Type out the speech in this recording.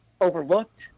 overlooked